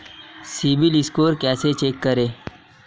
CIBIL score कैसे check करें?